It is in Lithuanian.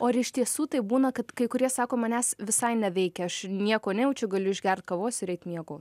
o ar iš tiesų taip būna kad kai kurie sako manęs visai neveikia aš nieko nejaučiu galiu išgert kavos ir eit miegot